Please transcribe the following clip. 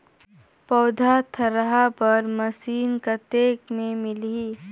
पौधा थरहा बर मशीन कतेक मे मिलही?